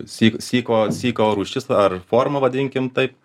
sy syko syko rūšis ar forma vadinkim taip